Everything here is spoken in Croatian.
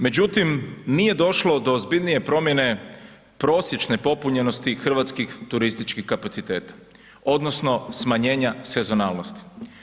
Međutim, nije došlo do ozbiljnije promjene prosječne popunjenosti hrvatskih turističkih kapaciteta odnosno smanjenja sezonalnosti.